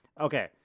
Okay